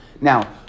Now